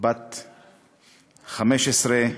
בת 15,